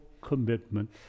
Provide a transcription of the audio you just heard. commitment